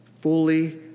Fully